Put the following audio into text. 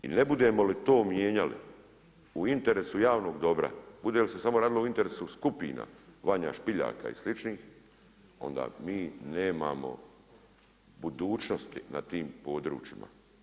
I ne budemo li to mijenjali u interesu javnog dobra, bude li se samo radilo o interesu skupina Vanja Špiljaka i sličnih, onda mi nemamo budućnosti na tim područjima.